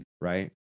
right